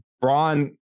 Braun